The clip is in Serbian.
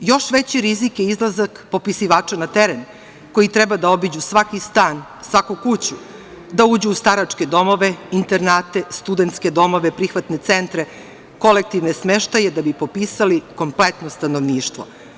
Još veći rizik je izlazak popisivača na teren koji treba da obiđu svaki stan, svaku kuću, da uđu u staračke domove, internate, studentske domove, prihvatne centre, kolektivne smeštaje da bi popisali kompletno stanovništvo.